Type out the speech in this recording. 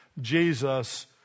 Jesus